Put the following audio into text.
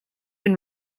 been